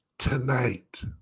Tonight